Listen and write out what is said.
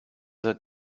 that